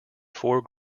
four